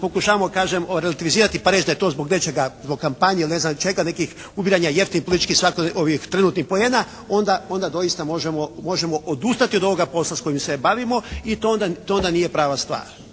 pokušavamo kažem relativizirati pa reći da je to zbog nečega, zbog kampanje ili ne znam čega, nekih ubiranja jeftinih političkih trenutnih poena onda doista možemo odustati od ovoga posla s kojim se bavimo i to onda nije prav stvar.